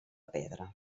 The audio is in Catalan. pedra